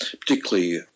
particularly